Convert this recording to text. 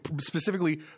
specifically